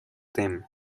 them